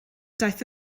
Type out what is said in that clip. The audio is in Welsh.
daeth